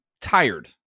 tired